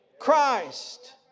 Christ